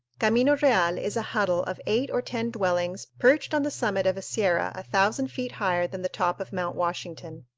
camino real is a huddle of eight or ten dwellings perched on the summit of a sierra a thousand feet higher than the top of mount washington.